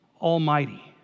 Almighty